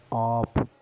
off